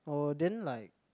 oh then like